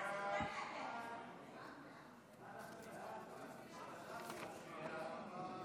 חוק המרכז לגביית